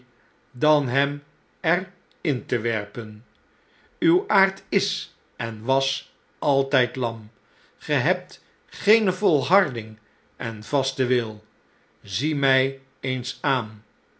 dan hem er in te werpen uw aard is en was altjjd lam ge hebt geene volharding en vasten wil zie mg eens aan